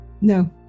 No